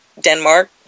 Denmark